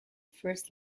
first